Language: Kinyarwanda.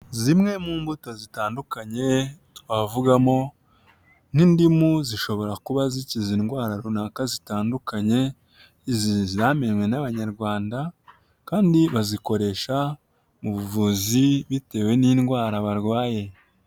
Zimwe mu mbuto zitandukanye twavugamo nk'indimu zishobora kuba zikiza indwara runaka zitandukanye izi zamenwe n'abanyarwanda kandi bazikoresha mu buvuzi bitewe n'indwara barwaye.